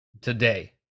today